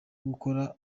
gukora